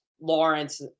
Lawrence